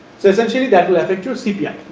so, essentially that will effect to cpi.